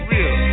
Real